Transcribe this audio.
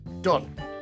done